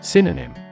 Synonym